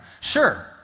Sure